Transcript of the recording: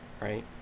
right